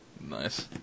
nice